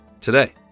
today